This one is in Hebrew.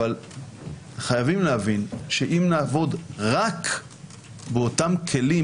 אבל חייבים להבין שאם נעבוד רק באותם כלים